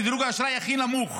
ודירוג האשראי עכשיו הוא הכי נמוך